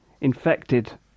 infected